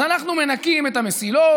אז אנחנו מנקים את המסילות,